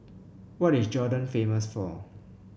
what is Jordan famous for